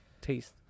taste